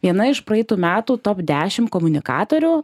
viena iš praeitų metų top dešim komunikatorių